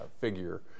figure